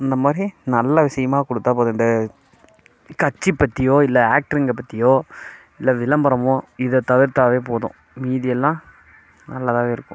இந்தமாதிரி நல்ல விஷயமா கொடுத்தா போதும் இந்த கட்சி பற்றியோ இல்லை ஆக்டருங்க பற்றியோ இல்லை விளம்பரமோ இதை தவிர்த்தாலே போதும் மீதி எல்லாம் நல்லதாகவே இருக்கும்